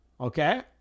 Okay